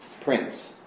prince